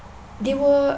they were